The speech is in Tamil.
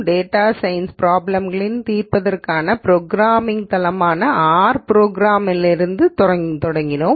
டேட்டா சயின்ஸ் ப்ராப்ளம்களைத் தீர்ப்பதற்கான ப்ரோக்ராமிங் தளமாக ஆர் புரோகிராமில் இருந்து தொடங்கினோம்